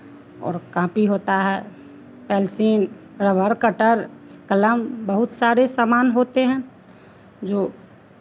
और कॉपी होता है पेन्सिल रबड़ कटर कलम बहुत सारे सामान होते हैं जो